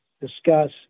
discuss